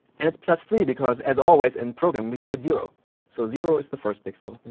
and it's plus three. because as always, in programming, we start at zero. so zero is the first pixel.